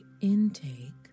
intake